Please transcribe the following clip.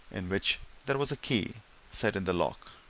in which there was a key set in the lock.